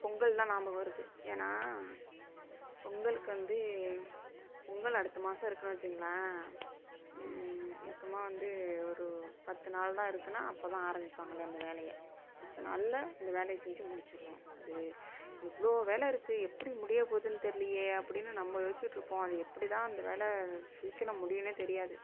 பொங்கல் தான் ஞாபகம் வருது ஏன்னா பொங்கலுக்கு வந்து பொங்கல் அடுத்த மாதம் இருக்குதுன்னு வச்சிகோங்களேன் முக்கியமாக வந்து ஒரு பத்து நாள் தான் இருக்குதுன்னா அப்போ தான் ஆரம்பிப்பாங்களே அந்த வேலையை பத்து நாள்ல அந்த வேலைய செஞ்சு முடிச்சிடணும் அது இவ்வளோ வேலை இருக்குது எப்படி முடிய போகுதுன்னு தெரியலையே அப்படின்னு நம்ம யோசிச்சிகிட்டுருப்போம் அது எப்படி தான் அந்த வேலை சீக்கிரம் முடியும்னே தெரியாது